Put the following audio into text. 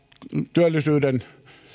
työllisyyden